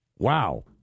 Wow